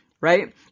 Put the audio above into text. Right